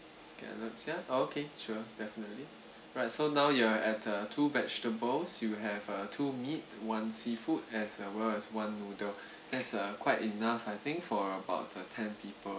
scallops ya okay sure definitely right so now you are at a two vegetables you have uh two meat one seafood as uh well as one noodle that's a quite enough I think for about uh ten people